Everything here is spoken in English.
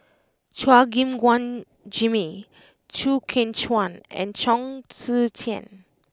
Chua Gim Guan Jimmy Chew Kheng Chuan and Chong Tze Chien